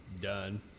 done